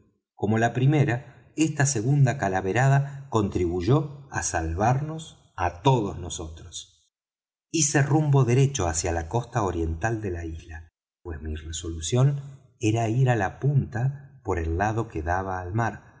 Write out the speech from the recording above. como la primera esta segunda calaverada contribuyó á salvarnos á todos nosotros hice rumbo derecho hacia la costa oriental de la isla pues mi resolución era ir á la punta por el lado que daba al mar